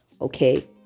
okay